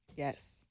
Yes